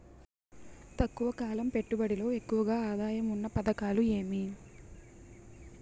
తక్కువ కాలం పెట్టుబడిలో ఎక్కువగా ఆదాయం ఉన్న పథకాలు ఏమి?